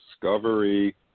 Discovery